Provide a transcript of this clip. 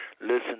listen